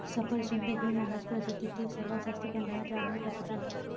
सफरचंद ही मालस प्रजातीतील सर्वात जास्त प्रमाणात वाढणारी प्रजाती आहे